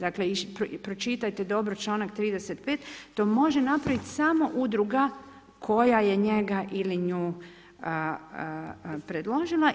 Dakle i pročitajte dobro članak 35. to može napraviti samo udruga koja je njega ili nju predložila.